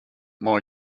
more